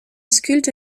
sculpte